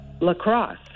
Lacrosse